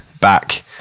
back